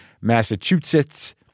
Massachusetts